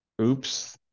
Oops